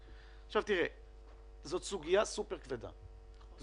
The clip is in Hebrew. זאת סוגיה כבדה מאוד,